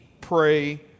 pray